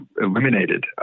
eliminated